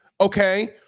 okay